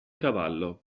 cavallo